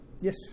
Yes